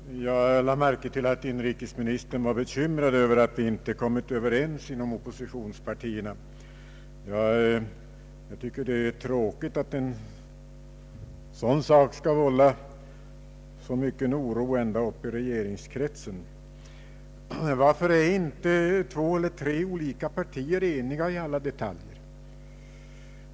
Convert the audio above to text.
Herr talman! Jag lade märke till att inrikesministern var bekymrad över att vi inte kommit överens inom Oopposi tionspartierna. Jag tycker det är tråkigt att en sådan sak skall vålla så mycken oro ända upp i regeringskretsen. Varför är inte två eller tre olika partier eniga i alla detaljer?